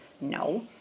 No